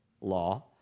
Law